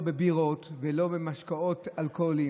לא בבירות ולא במשקאות אלכוהוליים.